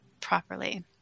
properly